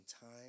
time